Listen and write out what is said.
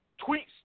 tweets